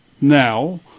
Now